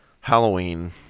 Halloween